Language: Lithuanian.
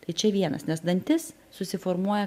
tai čia vienas nes dantis susiformuoja